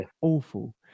awful